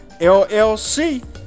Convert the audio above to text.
LLC